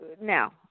now